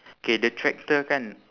K the tractor kan